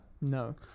No